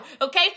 Okay